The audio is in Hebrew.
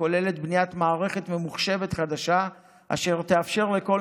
הכוללת בניית מערכת ממוחשבת חדשה אשר תאפשר לכל